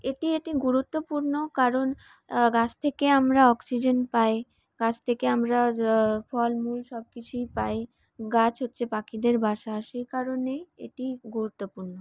এটি একটি গুরুত্বপূর্ণ কারণ গাছ থেকে আমরা অক্সিজেন পাই গাছ থেকে আমরা ফলমূল সব কিছুই পাই গাছ হচ্ছে পাখিদের বাসা সেই কারণেই এটি গুরুত্বপূর্ণ